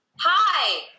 Hi